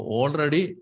already